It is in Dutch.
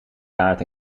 kaart